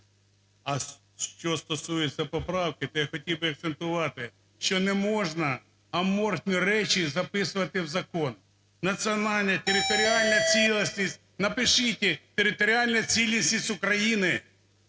А що стосується поправки, то я хотів би акцентувати, що не можна аморфні речі записувати в закон. Національна територіальна цілісність, напишіть "територіальна цілісність України".